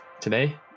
Today